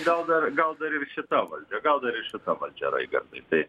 gal dar gal dar ir šita valdžia gal dar šita valdžia raigardai taip